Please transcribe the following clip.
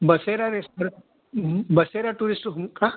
बसेरा restaurant Basera tourist home का